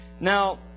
Now